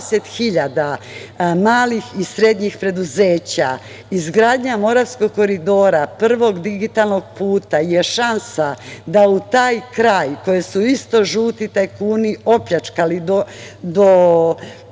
hiljada malih i srednjih preduzeća. Izgradnja Moravskog koridora, prvog digitalnog puta, je šansa da u taj kraj, koji su isto žuti tajkuni opljačkali do srži,